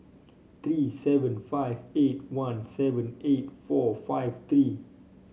three seven five eight one seven eight four five three